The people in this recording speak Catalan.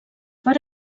per